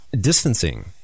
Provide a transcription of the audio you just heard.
distancing